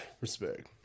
Respect